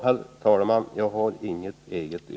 Herr talman! Jag har inget yrkande.